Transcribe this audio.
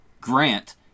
Grant